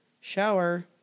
shower